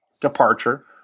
departure